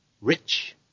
rich